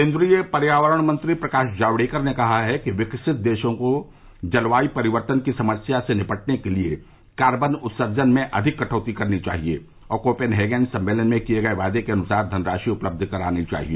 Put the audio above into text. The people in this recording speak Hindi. केन्द्रीय पर्यावरण मंत्री प्रकाश जावड़ेकर ने कहा है कि विकसित देशों को जलवायू परिवर्तन की समस्या से निपटने के लिए कार्बन उत्सर्जन में अधिक कटौती करनी चाहिए और कोपेनहेगन सम्मेलन में किये गये वायदे के अनुसार धनराशि उपलब्ध करानी चाहिए